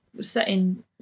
setting